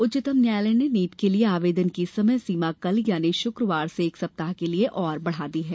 उच्चतम न्यायालय ने नीट के लिए आवेदन की समय सीमा कल यानी शुक्रवार से एक सप्ताह के लिए और बढ़ा दी है